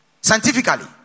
Scientifically